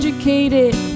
Educated